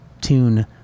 tune